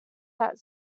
that